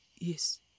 Yes